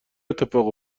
اتفاق